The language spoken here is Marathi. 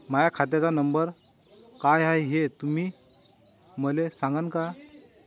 माह्या खात्याचा नंबर काय हाय हे तुम्ही मले सागांन का?